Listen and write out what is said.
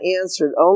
answered